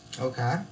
Okay